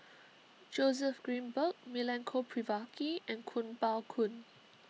Joseph Grimberg Milenko Prvacki and Kuo Pao Kun